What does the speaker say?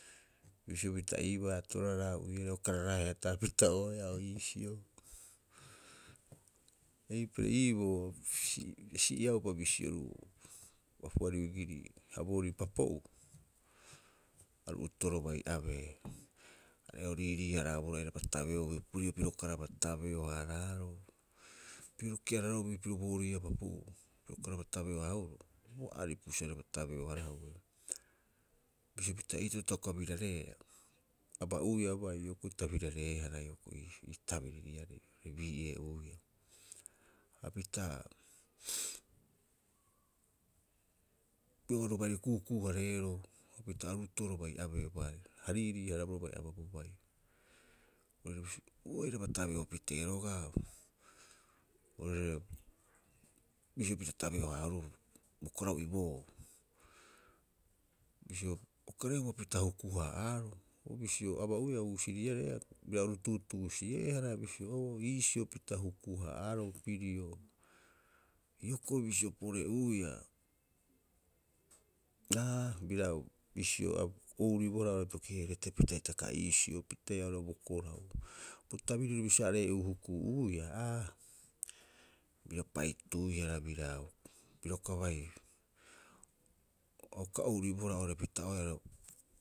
Bisio pita iibaa tooraaraa ou'iarei ukareraeaa heetaapita'oeaa o iisio. Eipare iiboo a si'iaupa bisioi oru'oo Paapua Niu Ginii, ha boorii papo'uu, aru ato'oro bai abee. Are o riirii- haraboroo airaba tabeobuu pirio piro ukaraba tabeo- haaraaro, piro keararo'obi piro booriiaa papo'uu piro ukaraba tabeo- haahuroo, o bo aripu sa airaba tabeo- harahue. Bisio pita eitaro ta uka birareea aba'uiaa bai, hioko'i ta birareehara hioko'i ii tabiririarei tai bii'ee'uiaa. Hapita aru oru baire ku'uku'u- hareeroo, hapita aru ato'oro bai abee bai. A riirii- haraboroo bai ababuu bai. Airaba tabeopitee roga'a oirare bisio ppita tabeo- haahuroo bo korau iboou. Bisio a ukarehua pita huku- ha'aaroo, o bisio aba'uiaa bo husiriarei haia o bira oru tuutuusi'eehara bisio oo iisio pita huku- haa'aaroo pirio. Hioko'i bisio pore'uiaa, aa bisio a ouribohara oo'ore retepita hitaka iisio pitee oo'ore bo korau. Bo tabiriri bisio aree'uu huku'uiaa, aa bira pa'ituihara biraa. Bira uka bai, a uka ouribohara oo'ore pita'oeaa.